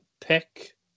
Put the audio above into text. pick